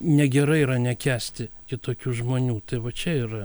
negerai yra nekęsti kitokių žmonių tai va čia yra